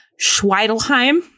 Schweidelheim